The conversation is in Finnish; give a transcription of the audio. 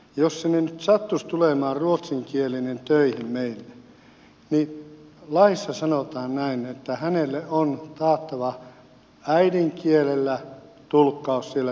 jos sinne nyt sattuisi tulemaan ruotsinkielinen töihin meille niin laissa sanotaan näin että hänelle on taattava äidinkielellä tulkkaus siellä työpaikalla